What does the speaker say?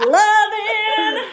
loving